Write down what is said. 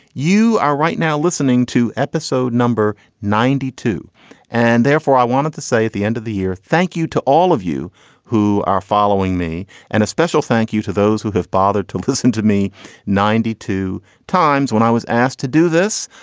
you are right now listening to episode number ninety two and therefore i wanted to say at the end of the year, thank you to all of you who are following me and a special thank you to those who have bothered to listen to me ninety two times when i was asked to do this.